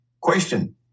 Question